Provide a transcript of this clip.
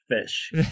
fish